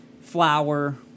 flour